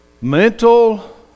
mental